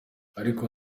ariko